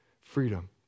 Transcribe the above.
Freedom